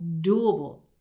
doable